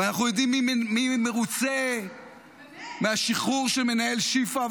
ואנחנו יודעים מי מרוצה מהשחרור של מנהל שיפא.